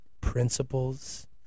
principles